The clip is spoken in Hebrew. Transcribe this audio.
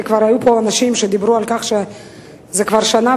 כי כבר היו פה אנשים שדיברו על כך שכבר שנה